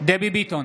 דבי ביטון,